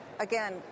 Again